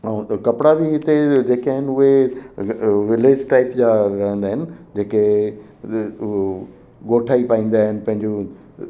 ऐं त कपिड़ा बि हिते जेके आहिनि उहे विलेज टाइप जा रहंदा आहिनि जेके र उओ ॻोठाई पाईंदा आहिनि पंहिंजियूं